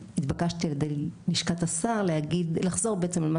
והתבקשתי על ידי לשכת השר לחזור בעצם על מה